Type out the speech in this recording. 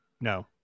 no